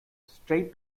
straight